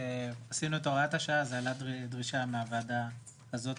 כשעשינו את הוראת השעה זה עלה בדרישה מהוועדה הזאת.